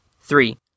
Three